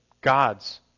God's